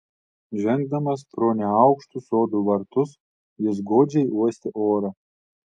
žengdamas pro neaukštus sodų vartus jis godžiai uostė orą